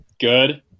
good